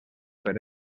per